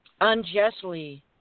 unjustly